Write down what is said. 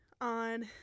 on